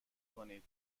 کنید